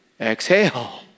exhale